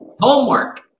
homework